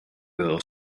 girl